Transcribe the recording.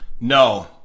No